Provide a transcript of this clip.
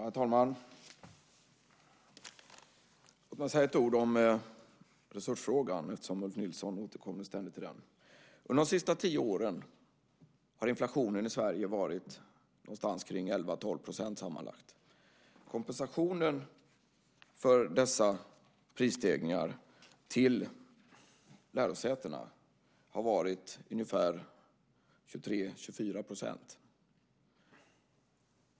Herr talman! Jag ska säga några ord om resursfrågan, eftersom Ulf Nilsson ständigt återkommer till den. Under de senaste tio åren har inflationen i Sverige varit någonstans runt 11-12 % sammanlagt. Kompensationen till lärosätena för dessa prisstegringar har varit ungefär 23-24 %.